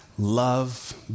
Love